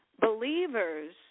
Believers